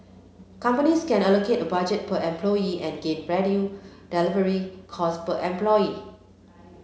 companies can allocate a budget per employee and gain predual delivery cost per employee